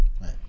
right